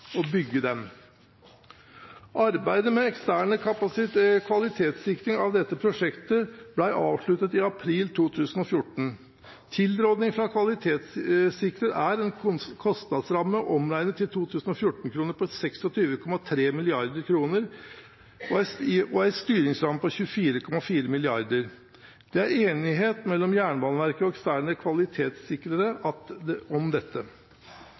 å bygge etter den. Arbeidet med ekstern kvalitetssikring av dette prosjekt ble avsluttet i april 2014. Tilrådning fra kvalitetssikrer er en kostnadsramme omregnet til 2014-kroner på 26,3 mrd. kr og en styringsramme på 24,4 mrd. kr. Det er enighet mellom Jernbaneverket og eksterne kvalitetssikrere om dette.